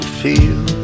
feel